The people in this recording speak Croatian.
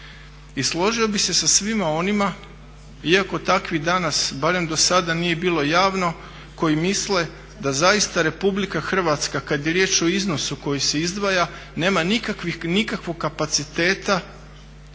I složio bih se sa svima onima iako takvih danas, barem do sada nije bilo javno, koji misle da zaista Republika Hrvatska kad je riječ o iznosu koji se izdvaja nema nikakvog kapaciteta